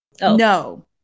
no